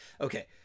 okay